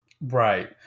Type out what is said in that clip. Right